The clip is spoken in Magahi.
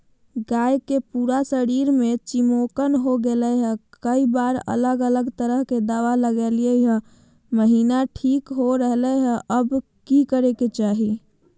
गाय के पूरा शरीर में चिमोकन हो गेलै है, कई बार अलग अलग तरह के दवा ल्गैलिए है महिना ठीक हो रहले है, अब की करे के चाही?